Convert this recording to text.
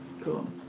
cool